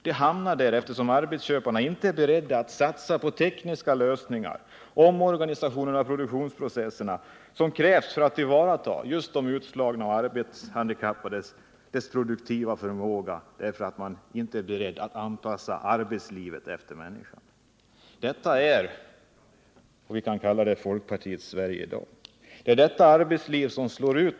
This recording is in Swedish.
De hamnar där därför att arbetsköparna inte är beredda att satsa på tekniska lösningar, den omorganisation av produktionsprocesserna som krävs för att tillvarata de utslagnas och arbetshandikappades produktiva förmåga. Företagen är inte beredda att anpassa arbetslivet efter människan. Detta är folkpartiets Sverige.